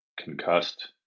concussed